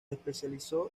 especializó